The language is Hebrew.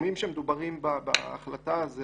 הסכומים שמדוברים בהחלטה זה